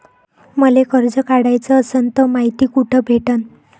मले कर्ज काढाच असनं तर मायती कुठ भेटनं?